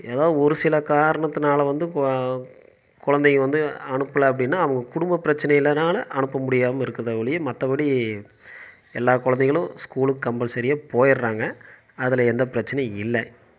எதாவது ஒரு சில காரணத்தினால வந்து குழந்தைங்க வந்து அனுப்புலை அப்படினா அவங்க குடும்ப பிரச்சினையினால் அனுப்ப முடியாமல் இருக்குதே ஒழிய மற்றபடி எல்லா குழந்தைகளும் ஸ்கூலுக்கு கம்பல்சரியே போய்விட்றாங்க அதில் எந்த பிரச்சினையும் இல்லை